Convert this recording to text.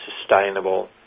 sustainable